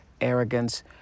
arrogance